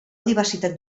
diversitat